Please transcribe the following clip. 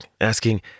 asking